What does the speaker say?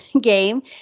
game